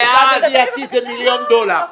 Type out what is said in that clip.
לידיעתי זה מיליון דולר.